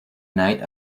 night